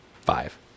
five